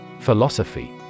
Philosophy